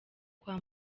kwa